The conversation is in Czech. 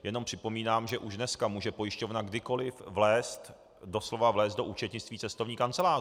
Jen připomínám, že už dneska může pojišťovna kdykoli vlézt, doslova vlézt do účetnictví cestovní kanceláře.